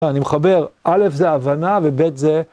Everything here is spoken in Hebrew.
אני מחבר א' זה הבנה וב' זה...